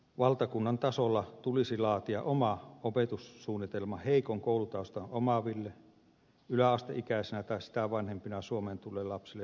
valtakunnan tasolla tulisi laatia oma opetussuunnitelma heikon koulutaustan omaaville yläasteikäisinä tai sitä vanhempina suomeen tulleille lapsille ja nuorille